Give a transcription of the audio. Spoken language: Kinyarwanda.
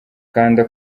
kanda